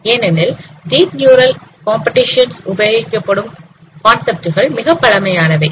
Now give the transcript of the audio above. ஏனெனில் deep neural competitions ல் உபயோகிக்கப்படும் கான்செப்ட் கள் மிகப் பழமையானவை